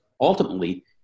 ultimately